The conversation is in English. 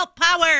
power